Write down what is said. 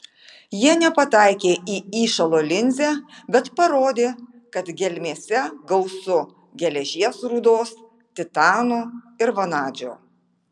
jie nepataikė į įšalo linzę bet parodė kad gelmėse gausu geležies rūdos titano ir vanadžio